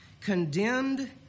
condemned